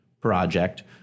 project